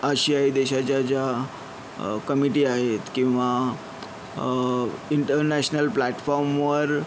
आशियायी देशाच्या ज्या कमिटी आहेत किंवा इंटरनॅशनल प्लॅटफॉर्मवर